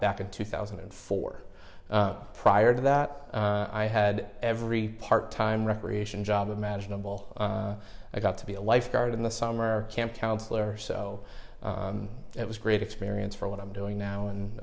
back in two thousand and four prior to that i had every part time recreation job imaginable i got to be a lifeguard in the summer camp counselor so it was a great experience for what i'm doing now